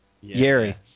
Yeri